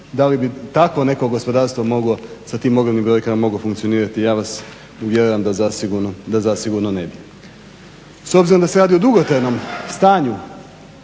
da li bi takvo neko gospodarstvo moglo sa tim ogromnim brojkama moglo funkcionirati? Ja vas uvjeravam da zasigurno ne bi. S obzirom da se radi o dugotrajnom stanju